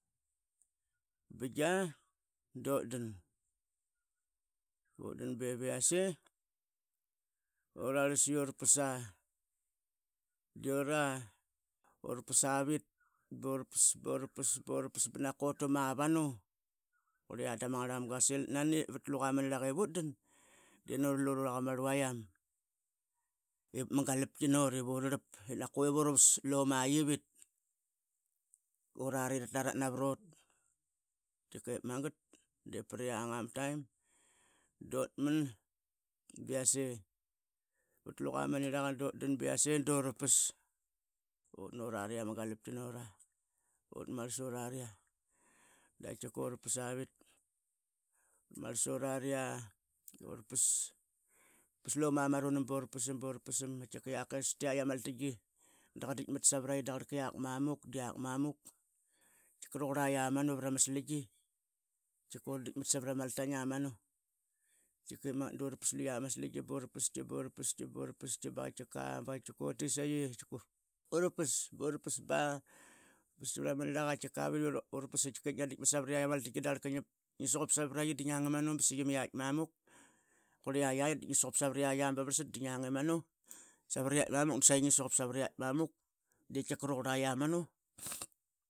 Bingia dutdan utdan be viase urarlas yurpasa urapasavit urapas burpas banaqa utu mavanu dama ngarmanga qa sil nani vat luqa ma naniraka ivutdan durlu varakama vuaiyam ip ma galapki not ivuravas. Urari ran i tarat navarot tkike magal priang a taim dutman biase pal luqa maniraka dutdan biase durapas uturari iama galapk nora utmarl suraria durapas urpas loma ma runam burpasam burpasam tkikiaq kestiatk a maltingi daqa ditmat savraiqi dakarkiak mamuk, diak mamuk tkika rauquraiamanu pra ma slingi tkika urditman savra maltang. Dip magat durpas luya ma slingi burpaski burpaski baktkika bakatkika utitsaiqi, urpas ba burpaski pra ma niraka urpas katkikei itngia ditmat savriat amaltingi dakarka ngi sukup savraiqi dingiang imanu disavriat mamuk ditkika raauqura iamanu.